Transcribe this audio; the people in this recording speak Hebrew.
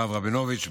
הרב רבינוביץ',